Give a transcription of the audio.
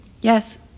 Yes